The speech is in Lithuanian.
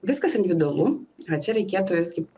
viskas individualu na čia reikėtų visgi